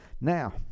now